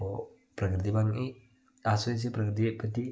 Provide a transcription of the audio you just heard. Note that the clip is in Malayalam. ഓ പ്രകൃതി ഭംഗി ആസ്വദിച്ച് പ്രകൃതിയെ പറ്റി